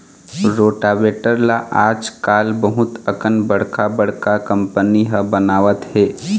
rotavator ल आजकाल बहुत अकन बड़का बड़का कंपनी ह बनावत हे